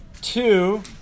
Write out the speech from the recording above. two